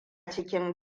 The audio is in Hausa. cikin